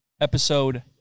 episode